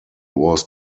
was